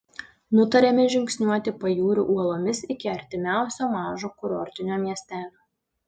nutarėme žingsniuoti pajūriu uolomis iki artimiausio mažo kurortinio miestelio